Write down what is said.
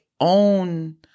own